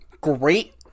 great